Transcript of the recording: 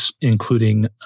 including